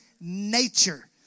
nature